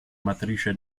matrice